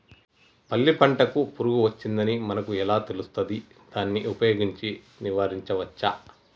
పల్లి పంటకు పురుగు వచ్చిందని మనకు ఎలా తెలుస్తది దాన్ని ఉపయోగించి నివారించవచ్చా?